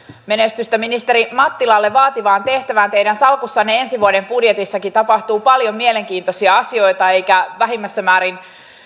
menestystä ministeri mattilalle vaativaan tehtävään teidän salkussanne ensi vuoden budjetissakin tapahtuu paljon mielenkiintoisia asioita eikä vähimmässä määrin